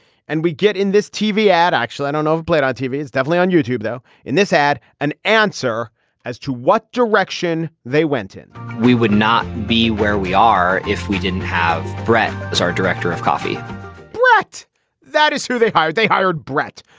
and we get in this tv ad actually i don't know if played on tv is definitely on youtube though in this ad an answer as to what direction they went in we would not be where we are if we didn't have brett as our director of coffee yet that is who they hired they hired brett.